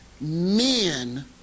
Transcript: men